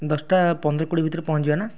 ଦଶ ଟା ପନ୍ଦର କୋଡ଼ିଏ ଭିତରେ ପହଞ୍ଚିଯିବା ନା